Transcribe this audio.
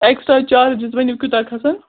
extra charges ؤنِو کوٗتاہ کھَسان